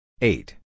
Eight